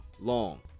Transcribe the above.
long